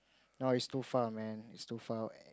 no it's too far man it's too far